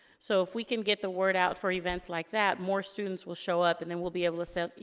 so, if we can get the word out for events like that, more students will show up, and then we'll be able to say,